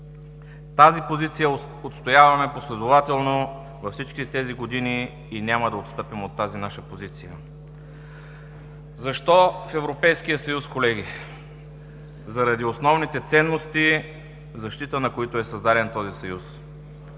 Тази позиция отстояваме последователно във всичките тези години и няма да отстъпим от тази наша позиция. Защо в Европейския съюз, колеги? Заради основните ценности, в защита на които е създаден този Съюз.